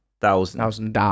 Thousand